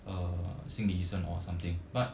uh 心理医生 or something but